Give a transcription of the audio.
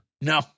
No